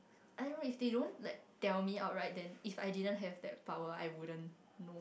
I don't if they don't like tell me out right then if I didn't have that power I wouldn't